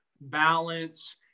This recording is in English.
balance